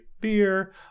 beer